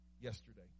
yesterday